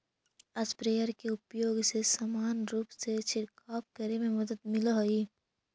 sprayer के उपयोग से समान रूप से छिडकाव करे में मदद मिलऽ हई